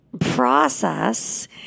process